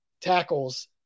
tackles